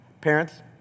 Parents